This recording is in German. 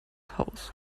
haus